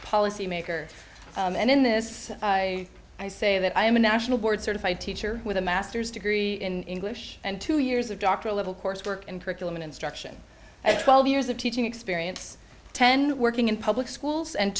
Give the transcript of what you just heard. policymaker and in this way i say that i am a national board certified teacher with a master's degree in english and two years of doctoral level coursework and curriculum instruction at twelve years of teaching experience ten working in public schools and